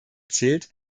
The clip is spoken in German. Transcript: zählt